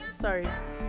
Sorry